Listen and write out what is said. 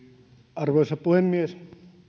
arvoisa puhemies